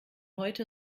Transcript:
heute